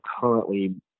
currently